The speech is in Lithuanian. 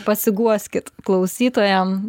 pasiguoskit klausytojam